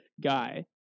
guy